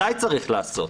מתי צריך לעשות?